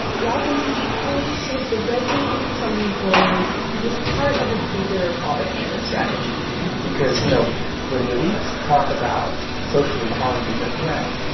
robin d g. kelley says the red-baiting from the employers was part of a bigger propaganda strategy because, you know, when the elites talk about social equality as a threat,